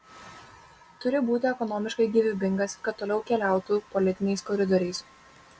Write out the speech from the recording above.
turi būti ekonomiškai gyvybingas kad toliau keliautų politiniais koridoriais